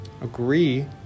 agree